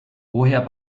woher